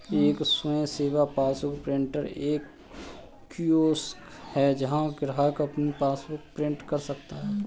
एक स्वयं सेवा पासबुक प्रिंटर एक कियोस्क है जहां ग्राहक अपनी पासबुक प्रिंट कर सकता है